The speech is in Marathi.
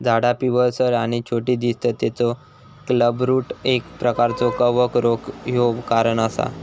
झाडा पिवळसर आणि छोटी दिसतत तेचा क्लबरूट एक प्रकारचो कवक रोग ह्यो कारण असा